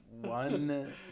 One